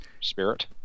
spirit